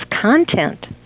content